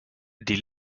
die